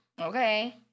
Okay